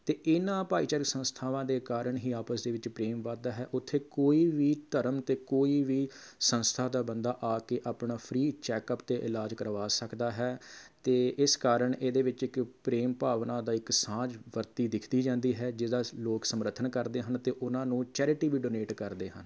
ਅਤੇ ਇਨ੍ਹਾਂ ਭਾਈਚਾਰਕ ਸੰਸਥਾਵਾਂ ਦੇ ਕਾਰਨ ਹੀ ਆਪਸ ਦੇ ਵਿੱਚ ਪ੍ਰੇਮ ਵੱਧਦਾ ਹੈ ਉੱਥੇ ਕੋਈ ਵੀ ਧਰਮ ਅਤੇ ਕੋਈ ਵੀ ਸੰਸਥਾ ਦਾ ਬੰਦਾ ਆ ਕੇ ਆਪਣਾ ਫ਼ਰੀ ਚੈੱਕਅੱਪ ਅਤੇ ਇਲਾਜ ਕਰਵਾ ਸਕਦਾ ਹੈ ਅਤੇ ਇਸ ਕਾਰਨ ਇਹਦੇ ਵਿੱਚ ਇੱਕ ਪ੍ਰੇਮ ਭਾਵਨਾ ਦਾ ਇੱਕ ਸਾਂਝ ਵਰਤੀ ਦਿਖਦੀ ਜਾਂਦੀ ਹੈ ਜਿਸਦਾ ਅਸੀਂ ਲੋਕ ਸਮਰਥਨ ਕਰਦੇ ਹਨ ਅਤੇ ਉਨ੍ਹਾਂ ਨੂੰ ਚੈਰਿਟੀ ਵੀ ਡੋਨੇਟ ਕਰਦੇ ਹਨ